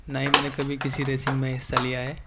نہ ہی میں نے کبھی کسی ریسنگ میں حصہ لیا ہے